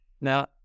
Now